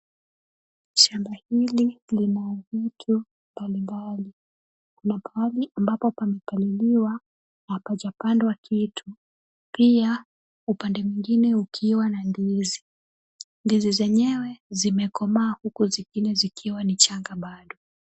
Shamba hili lina vitu mbali mbali. Kuna pahali ambapo pamepaliliwa hapajapandwa kiitu. Pia, upande mwingine ukiwa na ndizi. Ndizi zenyewe zimekomaa huku zingine zikiwa ni changa bado.